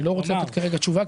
אני לא רוצה לתת כרגע תשובה,